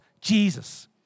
Jesus